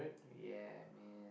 ya man